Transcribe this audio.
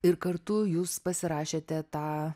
ir kartu jūs pasirašėte tą